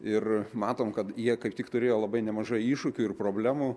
ir matom kad jie kaip tik turėjo labai nemažai iššūkių ir problemų